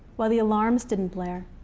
why the alarms didn't blare.